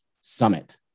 summit